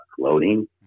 floating